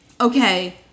okay